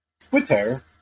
Twitter